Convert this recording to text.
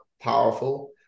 powerful